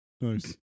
Nice